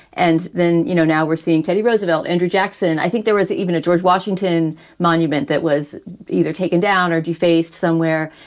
and then, you know, now we're seeing teddy roosevelt, andrew jackson. i think there was even a george washington monument that was either taken down or defaced somewhere.